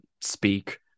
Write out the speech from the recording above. speak